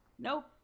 Nope